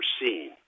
seen